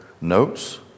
notes